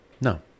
no